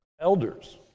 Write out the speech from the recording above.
Elders